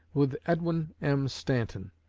with edwin m. stanton,